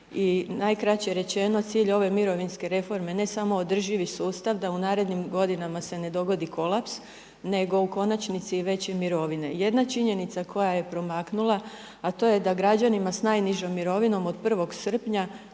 I najkraće rečeno, cilj ove mirovinske reforme, ne samo održivi sustav, da u narednim godinama se ne dogodi kolaps, nego u konačnici i veće mirovine. Jedna činjenica koja je promaknula, a to je da građanima sa najnižim mirovinom od 1. srpnja,